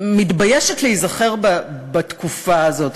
מתביישת להיזכר בתקופה הזאת,